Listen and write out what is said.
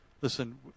Listen